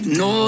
no